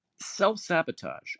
self-sabotage